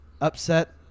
upset